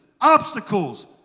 obstacles